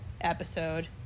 episode